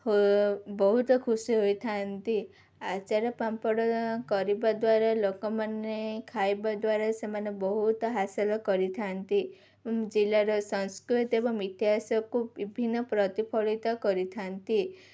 ବହୁତ ଖୁସି ହୋଇଥାନ୍ତି ଆଚାର ପାମ୍ପଡ଼ କରିବା ଦ୍ୱାରା ଲୋକମାନେ ଖାଇବା ଦ୍ୱାରା ସେମାନେ ବହୁତ ହାସଲ କରିଥାନ୍ତି ଜିଲ୍ଲାର ସଂସ୍କୃତି ଏବଂ ଇତିହାସକୁ ବିଭିନ୍ନ ପ୍ରତିଫଳିତ କରିଥାନ୍ତି